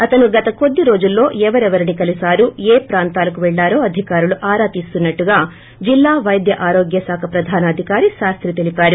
అతను గత కొద్ది రోజుల్లో ఎవరవరిని కలిసారు ఏ ప్రాంతాలకు వెళ్చారో అధికారులు ఆరా తీస్తున్నట్లు జిల్లా పైద్య ఆరోగ్య శాఖ ప్రధాన అధికారి శాస్తి తెలిపారు